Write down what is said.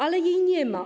Ale jej nie ma.